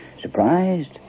Surprised